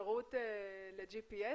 אפשרות לג'י פי אס?